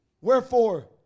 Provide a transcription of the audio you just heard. wherefore